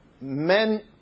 men